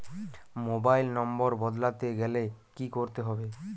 Mobile নম্বর বদলাতে গেলে কি করতে হবে?